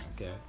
okay